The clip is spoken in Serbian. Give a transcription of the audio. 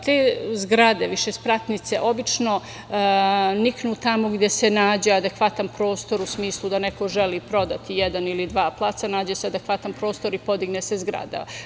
Te zgrade, višespratnice obično niknu tamo gde se nađe adekvatan prostor, u smislu da neko želi prodati jedan ili dva placa, nađe se adekvatan prostor i podigne se zgrada.